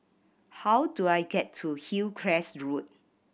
how do I get to Hillcrest Road